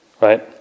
right